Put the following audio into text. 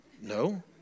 no